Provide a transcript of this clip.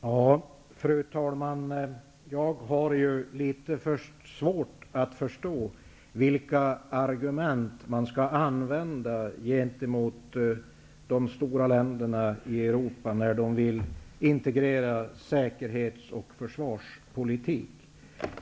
Fru talman! Jag har litet svårt att förstå vilka argument som skall användas gentemot de stora länderna i Europa när de vill integrera säkerhetsoch försvarspolitik.